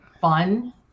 fun